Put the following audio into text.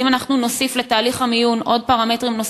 אז אם אנחנו נוסיף לתהליך המיון עוד פרמטרים,